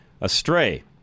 astray